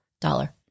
dollar